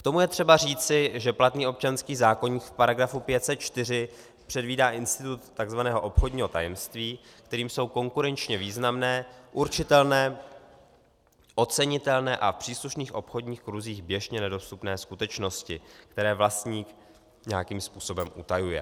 K tomu je třeba říci, že platný občanský zákoník v § 504 předvídá institut takzvaného obchodního tajemství, kterým jsou konkurenčně významné, určitelné, ocenitelné a v příslušných obchodních kruzích běžně nedostupné skutečnosti, které vlastník nějakým způsobem utajuje.